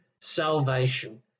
salvation